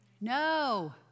No